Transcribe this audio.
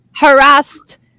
harassed